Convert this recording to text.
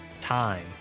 time